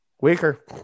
Weaker